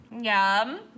Yum